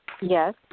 Yes